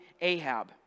Ahab